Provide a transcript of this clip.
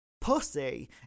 Pussy